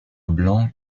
blanc